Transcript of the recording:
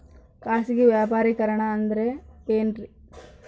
ಖಾಸಗಿ ವ್ಯಾಪಾರಿಕರಣ ಅಂದರೆ ಏನ್ರಿ?